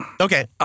Okay